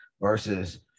versus